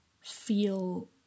feel